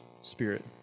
spirit